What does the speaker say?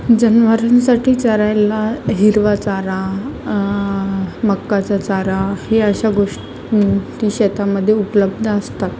जनावरांसाठी चरायला हिरवा चारा मक्याचा चारा हे अशा गोष् टी शेतामध्ये उपलब्ध असतात